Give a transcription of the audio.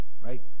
Right